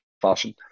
fashion